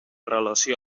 relació